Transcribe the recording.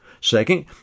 Second